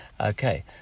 Okay